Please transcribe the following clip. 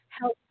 help